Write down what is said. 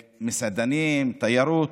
מסעדנים, תיירות,